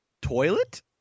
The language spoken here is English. toilet